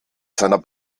seiner